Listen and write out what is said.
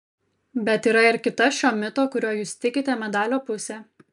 bet yra ir kita šio mito kuriuo jūs tikite medalio pusė